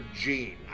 Gene